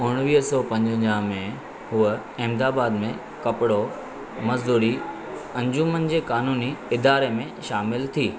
उणवीह सौ पंजवंजाह में हूअ अहमदाबाद में कपड़ो मज़ूरी अंजुमन जे क़ानूनी इदारे में शामिलु थी